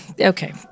okay